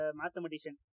mathematician